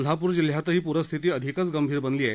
कोल्हापूर जिल्ह्यातही पूरस्थिती अधिकच गंभीर झाली आहे